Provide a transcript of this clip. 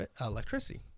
electricity